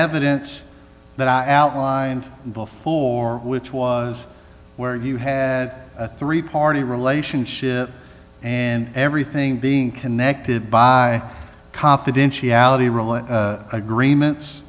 evidence that i outlined before which was where you had a three party relationship and everything being connected by confidentiality agreements